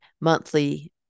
monthly